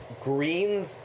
green